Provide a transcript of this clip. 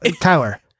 Tyler